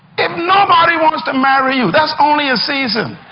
if nobody wants to marry you, that's only a season.